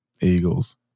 Eagles